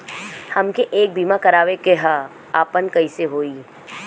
हमके एक बीमा करावे के ह आपन कईसे होई?